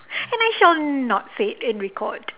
and I shall not say in record